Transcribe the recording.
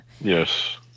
Yes